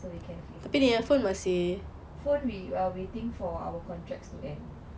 we can face time phone we are waiting for our contract to end